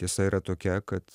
tiesa yra tokia kad